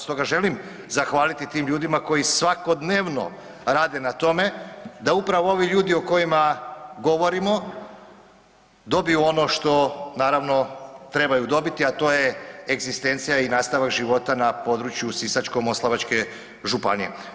Stoga želim zahvaliti tim ljudima koji svakodnevno rade na tome da upravo ovi ljudi o kojima govorimo dobiju ono što naravno trebaju dobiti, a to je egzistencija i nastavak života na području Sisačko-moslavačke županije.